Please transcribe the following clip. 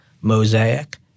Mosaic